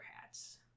hats